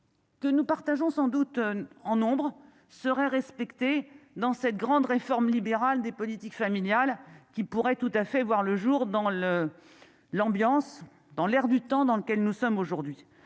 Que nous partageons sans doute en nombre serait respectée dans cette grande réforme libérale des politiques familiales qui pourrait tout à fait voir le jour dans le l'ambiance dans l'air du temps, dans lequel nous sommes aujourd'hui